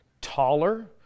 taller